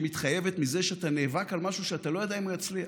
שמתחייבת מזה שאתה נאבק על משהו שאתה לא יודע אם הוא יצליח,